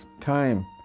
time